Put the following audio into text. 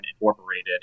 Incorporated